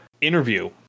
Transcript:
interview